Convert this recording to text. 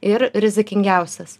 ir rizikingiausias